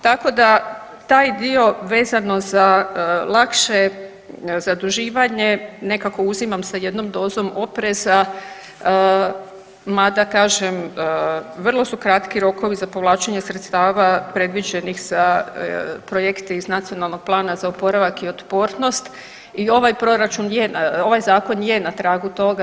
Tako da taj dio vezano za lakše zaduživanje nekako uzimam sa jednom dozom opreza mada kažem vrlo su kratki rokovi za povlačenje sredstava predviđenih za projekte iz Nacionalnog plana za oporavak i otpornost i ovaj proračun je, ovaj zakon je na tragu toga.